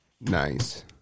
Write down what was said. nice